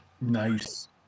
Nice